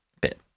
Bit